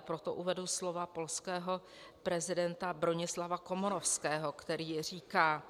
Proto uvedu slova polského prezidenta Bronislawa Komorowského, který říká: